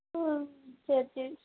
ம் சரி சரி